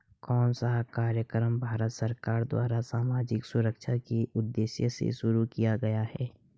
कौन सा कार्यक्रम भारत सरकार द्वारा सामाजिक सुरक्षा के उद्देश्य से शुरू किया गया है?